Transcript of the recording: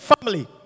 family